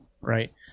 Right